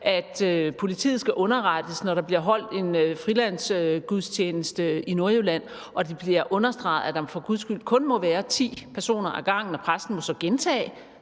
at politiet skal underrettes, når der bliver holdt en frilandsgudstjeneste i Nordjylland og det bliver understreget, at der for guds skyld kun må være ti personer ad gangen. Og præsten må så gentage